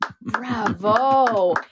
Bravo